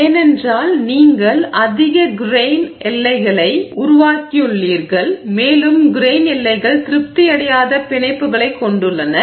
ஏனென்றால் நீங்கள் அதிக கிரெய்ன் எல்லைகளை உருவாக்கியுள்ளீர்கள் மேலும் கிரெய்ன் எல்லைகள் திருப்தியடையாத பிணைப்புகளைக் கொண்டுள்ளன